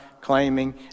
claiming